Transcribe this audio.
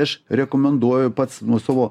aš rekomenduoju pats nuo savo